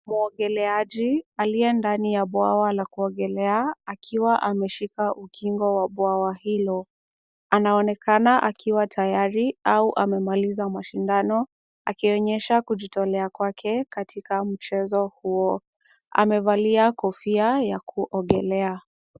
Muogeleaji, aliye ndani ya bwawa la kuogelea, akiwa ameshika ukingo wa bwawa hilo. Anaonekana akiwa tayari au amemaliza mashindano, akionyesha kujitolea kwake katika mchezo huo. Amevalia kofia ya kuogelea.